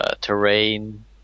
terrain